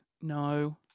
no